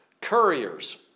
couriers